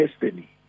destiny